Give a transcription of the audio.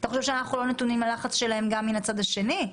אתה חושב שאנחנו לא נתונים ללחץ שלהם גם מהצד השני?